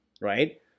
right